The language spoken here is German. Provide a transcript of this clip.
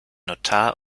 notar